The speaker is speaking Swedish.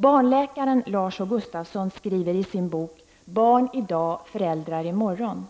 Barnläkaren Lars H Gustavsson skriver i sin bok Barn i dag, föräldrar i morgon: